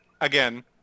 Again